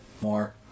more